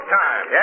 time